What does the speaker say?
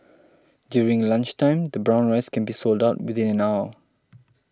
during the lunchtime the brown rice can be sold out within an hour